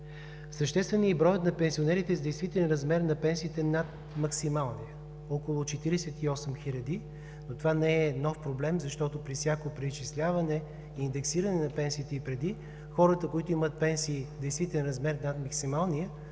съществен е и броят на пенсионерите с действителен размер на пенсиите над максималния – около 48 хиляди, но това не е нов проблем, защото при всяко преизчисляване, индексиране на пенсиите и преди хората, които имат пенсии в действителен размер над максималния,